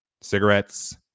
Cigarettes